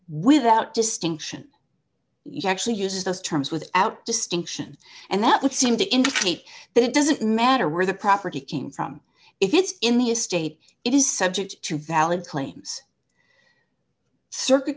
without distinction actually uses those terms without distinction and that would seem to indicate that it doesn't matter where the property came from if it's in the estate it is subject to valid claims circuit